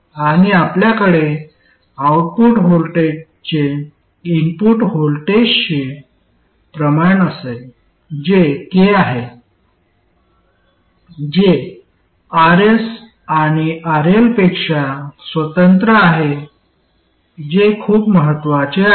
आणि आपल्याकडे आउटपुट व्होल्टेजचे इनपुट व्होल्टेजशी प्रमाण असेल जे k आहे जे Rs आणि RL पेक्षा स्वतंत्र आहे जे खूप महत्वाचे आहे